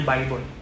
Bible